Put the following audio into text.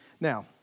Now